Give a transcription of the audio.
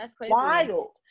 wild